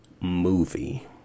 movie